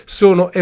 sono